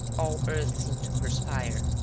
all earth seemed to perspire.